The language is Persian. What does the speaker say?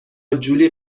جولی